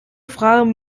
fragen